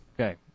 Okay